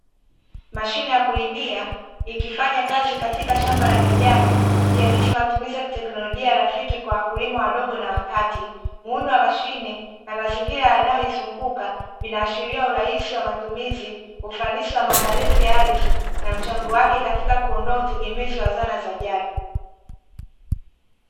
Mashine ya kulimia ikifanya kazi katika shamba la kijani ikiakisi matumizi ya kiteknolojia rafiki kwa wakulima wadogo na wakati; muundo wa mashine na mazingira yanayoizunguka vinaashiria: urahisi wa matumizi, ufanisi wa maandalizi ya ardhi na mchango wake katika kuondoa utegemezi wa zana za jadi.